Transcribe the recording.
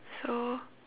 so